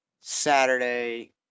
Saturday